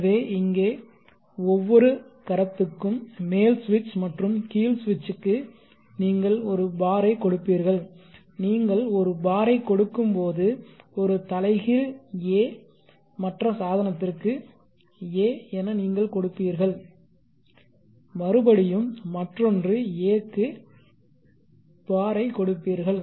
எனவே இங்கே ஒவ்வொரு கரத்துக்கும் மேல் சுவிட்ச் மற்றும் கீழ் சுவிட்சுக்கு நீங்கள் ஒரு bar ஐ கொடுப்பீர்கள் நீங்கள் ஒரு bar ஐ கொடுக்கும்போது ஒரு தலைகீழ் a மற்ற சாதனத்திற்கு a என நீங்கள் கொடுப்பீர்கள் மறுபடியும் மற்றொன்று a இக்கு bar ஐ கொடுப்பீர்கள்